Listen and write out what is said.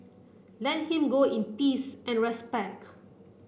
let him go in peace and respect